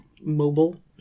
mobile